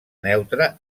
neutre